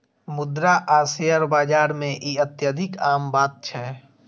मुद्रा आ शेयर बाजार मे ई अत्यधिक आम बात छै